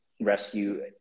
rescue